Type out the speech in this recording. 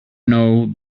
know